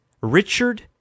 Richard